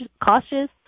cautious